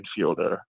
midfielder